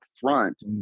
front